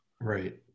Right